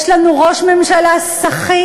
יש לנו ראש ממשלה סחיט,